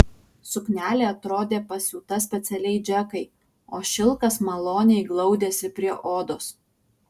suknelė atrodė pasiūta specialiai džekai o šilkas maloniai glaudėsi prie odos